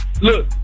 Look